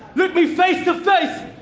look me face to face,